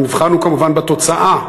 המבחן הוא כמובן בתוצאה,